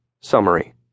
Summary